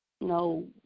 No